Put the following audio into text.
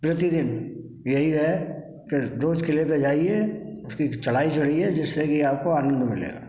प्रतिदिन यही है कि रोज किले पर जाइए उसकी चढ़ाई चढ़िए जिससे कि आपको आनंद मिलेगा